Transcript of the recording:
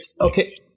okay